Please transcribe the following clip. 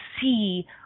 see